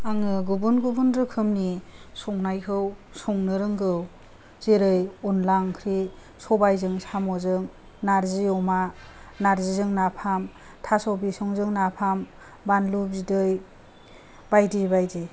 आङो गुबुन गुबुन रोखोमनि संनायखौ संनो रोंगौ जेरै अनला ओंख्रि सबायजों साम'जों नारजि अमा नारजिजों नाफाम थास' बिसंजों नाफाम बानलुनि बिदै बायदि बायदि